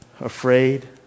afraid